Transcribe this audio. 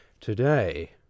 today